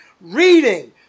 reading